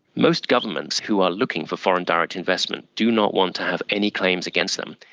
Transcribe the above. most governments who are looking for foreign direct investment do not want to have any claims against them.